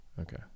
okay